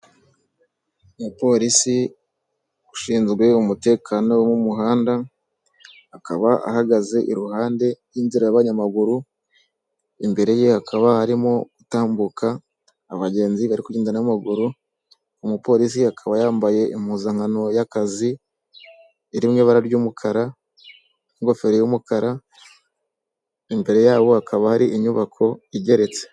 Umupolisi ushinzwe umutekano wo mu muhanda, akaba ahagaze iruhande rw'inzira y'yamaguru, imbere ye hakaba harimo gutambuka abagenzi bari kugenda n'amaguru, umupolisi akaba yambaye impuzankano y'akazi iri mu ibara ry'umukara n'ingofero y'umukara, imbere yabo hakaba hari inyubako igeretse.